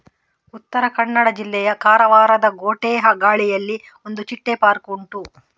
ಉತ್ತರ ಕನ್ನಡ ಜಿಲ್ಲೆಯ ಕಾರವಾರದ ಗೋಟೆಗಾಳಿಯಲ್ಲಿ ಒಂದು ಚಿಟ್ಟೆ ಪಾರ್ಕ್ ಉಂಟು